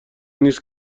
نیست